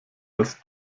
als